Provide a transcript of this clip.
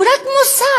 הוא רק מוסת,